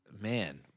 man